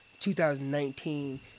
2019